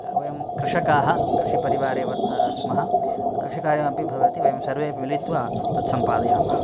वयं कृषकाः कृषिपरिवारे स्मः कृषिकार्यमपि भवति वयं सर्वेपि मिलित्वा तत् सम्पादयामः